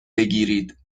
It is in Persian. بگیرید